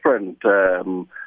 different